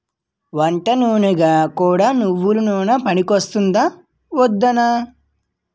వంటనూనెగా కూడా నువ్వెల నూనె పనికొత్తాదా ఒదినా?